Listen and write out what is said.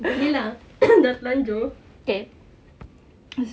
boleh lah dah terlanjur